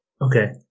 Okay